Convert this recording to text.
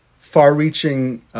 far-reaching